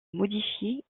modifiée